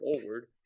forward